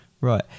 Right